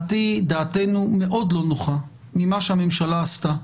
דעתנו מאוד לא נוחה ממה שהממשלה עשתה.